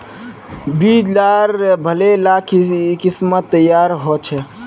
बीज लार भले ला किसम तैयार होछे